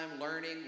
learning